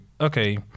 okay